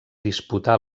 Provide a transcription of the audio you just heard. disputà